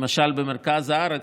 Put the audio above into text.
למשל במרכז הארץ,